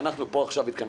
כשאנחנו פה עכשיו התכנסנו,